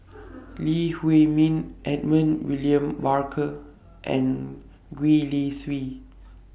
Lee Huei Min Edmund William Barker and Gwee Li Sui